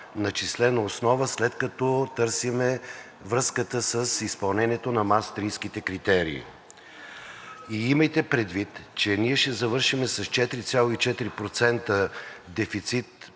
начислена основа, след като търсим връзката с изпълнението на Маастрихтските критерии. И имайте предвид, че ние ще завършим с 4,4% дефицит